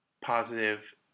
positive